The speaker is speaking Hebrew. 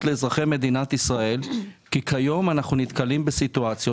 לאזרחי מדינת ישראל כי כיום אנחנו נתקלים בסיטואציות